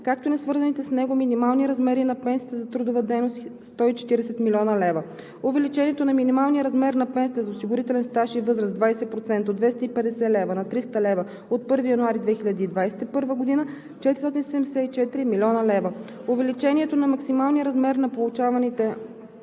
както и на свързаните с него минимални размери на пенсиите за трудова дейност – 140,0 млн. лв.; - увеличението на минималния размер на пенсията за осигурителен стаж и възраст с 20% от 250,00 лв. на 300,00 лв. от 1 януари 2021 г. – 474,0 млн. лв.; - увеличението на максималния размер на получаваните една